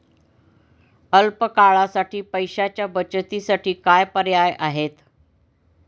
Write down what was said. अल्प काळासाठी पैशाच्या बचतीसाठी काय पर्याय आहेत?